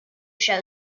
show